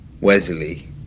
Wesley